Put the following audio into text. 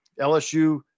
LSU